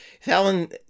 Fallon